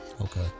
Okay